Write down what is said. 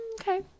Okay